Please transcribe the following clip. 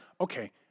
okay